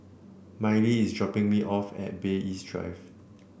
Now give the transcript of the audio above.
Miley is dropping me off at Bay East Drive